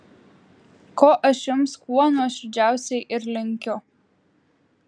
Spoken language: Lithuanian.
ko aš jums kuo nuoširdžiausiai ir linkiu